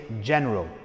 general